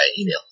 email